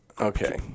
Okay